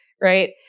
right